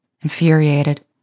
infuriated